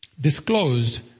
disclosed